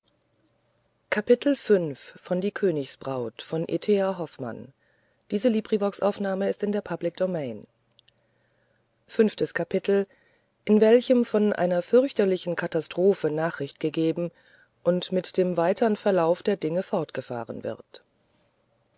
in welchem von einer fürchterlichen katastrophe nachricht gegeben und mit dem weitern verlauf der dinge fortgefahren wird